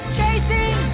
chasing